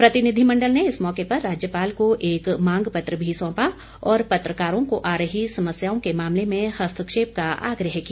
प्रतिनिधिमंडल ने इस मौके पर राज्यपाल को एक मांग पत्र भी सौंपा और पत्रकारों को आ रही समस्याओं के मामले में हस्तक्षेप का आग्रह किया